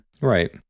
Right